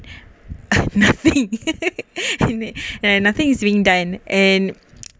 nothing nothing is being done and